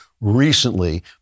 recently